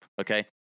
Okay